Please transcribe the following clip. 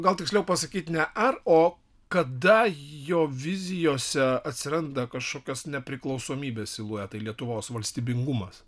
gal tiksliau pasakyti ne ar o kada jo vizijose atsiranda kažkokios nepriklausomybės siluetai lietuvos valstybingumas